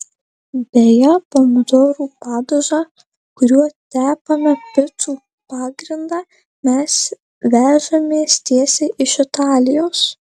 beje pomidorų padažą kuriuo tepame picų pagrindą mes vežamės tiesiai iš italijos